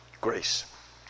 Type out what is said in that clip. Grace